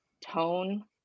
tone